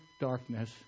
darkness